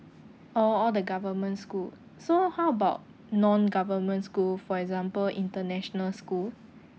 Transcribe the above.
oh all the government school so how about non government school for example international school